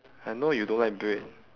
I know you don't like bread